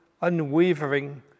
unwavering